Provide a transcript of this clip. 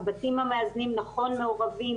הבתים המאזנים נכון מעורבים,